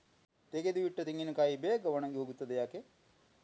ತೆಗೆದು ಇಟ್ಟ ತೆಂಗಿನಕಾಯಿ ಬೇಗ ಒಣಗಿ ಹೋಗುತ್ತದೆ ಯಾಕೆ?